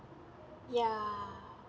ya